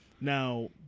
Now